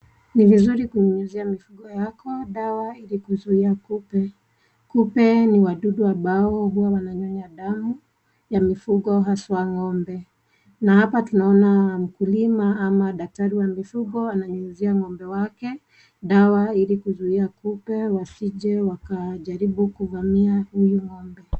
Ni vizuri kunyunyizia mifugo yako dawa ili kuzuia kupe. Kupe ni wadudu ambao huwa wananyonya damu ya mifugo haswa ng'ombe na hapa tunaona mkulima ama daktari wa mifugo ananyunyizia ng'ombe wake dawa ili kuzuia kupe wasije wakajaribu kuvamia huyu ng'ombe.